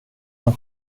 han